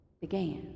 began